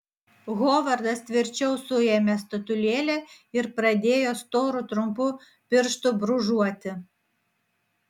hovardas tvirčiau suėmė statulėlę ir pradėjo storu trumpu pirštu brūžuoti